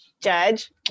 Judge